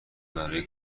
برای